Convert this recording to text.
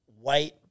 white